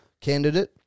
candidate